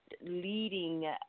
leading